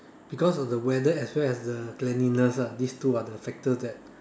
because of the weather as well as the cleanliness lah these two are the factors that